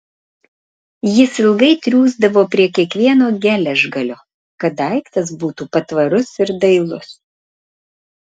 jis ilgai triūsdavo prie kiekvieno geležgalio kad daiktas būtų patvarus ir dailus